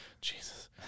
Jesus